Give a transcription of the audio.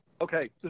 Okay